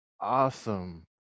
awesome